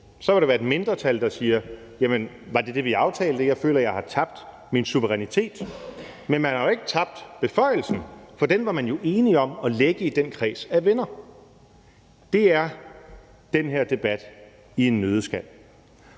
.Så vil der være et mindretal, der siger: Var det det, vi aftalte? Vi føler, vi har tabt vores suverænitet. Men man har jo ikke tabt beføjelsen, for den var man jo enig om at lægge i den kreds af venner. Det er den her debat i en nøddeskal.